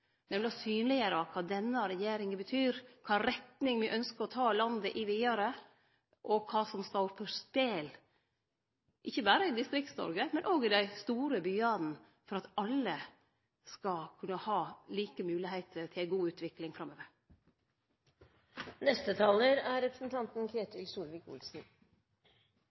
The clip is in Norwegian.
i 2013, nemleg synleggjere kva denne regjeringa betyr, kva retning me ynskjer å ta landet i vidare, og kva som står på spel – ikkje berre i Distrikts-Noreg, men òg i dei store byane – for at alle skal kunne ha like moglegheiter til ei god utvikling framover. Det er